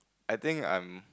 I think I'm